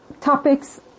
topics